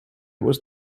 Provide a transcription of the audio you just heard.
was